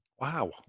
Wow